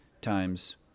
times